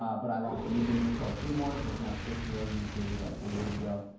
um but i launched a new business called seymour's, there's now six of those in the city about four years ago.